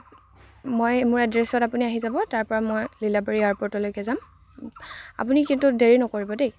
মই মোৰ এড্ৰেছত আপুনি আহি যাব তাৰপৰা মই লীলাবাৰী এয়াৰপৰ্টলৈকে যাম আপুনি কিন্তু দেৰি নকৰিব দেই